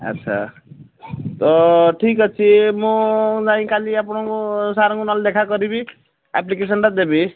ଆଚ୍ଛା ତ ଠିକ ଅଛି ମୁଁ ଯାଇ କାଲି ଆପଣଙ୍କୁ ସାର୍ଙ୍କୁ ନହେଲେ ଦେଖା କରିବି ଆପ୍ଲିକେସନ୍ଟା ଦେବି